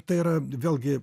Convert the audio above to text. tai yra vėlgi